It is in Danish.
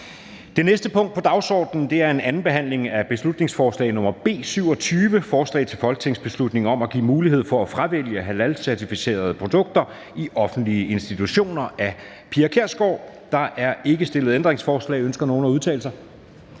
Det næste punkt på dagsordenen er: 8) 2. (sidste) behandling af beslutningsforslag nr. B 27: Forslag til folketingsbeslutning om at give mulighed for at fravælge halalcertificerede produkter i offentlige institutioner. Af Pia Kjærsgaard (DF) m.fl. (Fremsættelse 03.11.2023. 1.